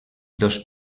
dos